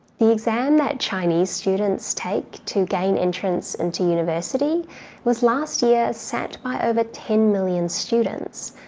the exam that chinese students take to gain entrance into university was last year sat by over ten million students.